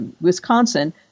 Wisconsin